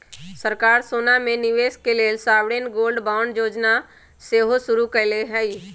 सरकार सोना में निवेश के लेल सॉवरेन गोल्ड बांड जोजना सेहो शुरु कयले हइ